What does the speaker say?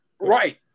Right